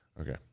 Okay